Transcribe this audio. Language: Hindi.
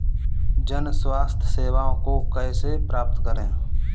जन स्वास्थ्य सेवाओं को कैसे प्राप्त करें?